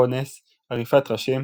אונס, עריפת ראשים